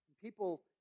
People